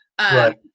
Right